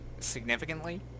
significantly